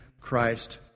Christ